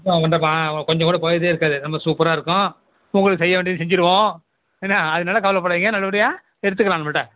சும்மா கொண்டாப்பா கொஞ்சம் கூட கொறை இதே இருக்காது ரொம்ப சூப்பராக இருக்கும் உங்களுக்கு செய்ய செஞ்சிடுவோம் என்ன அதனால் கவலைப்படாதீங்க நல்லப்படியாக எடுத்துக்கலாம் நம்மள்கிட்ட